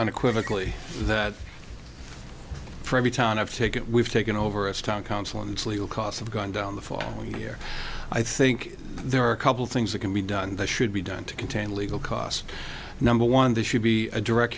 unequivocally that for every town of ticket we've taken over it's town council and its legal costs have gone down the full year i think there are a couple things that can be done that should be done to contain legal costs number one this should be a direct